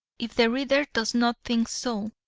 if the reader does not think so,